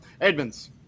Edmonds